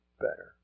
better